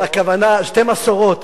הכוונה שתי מסורות,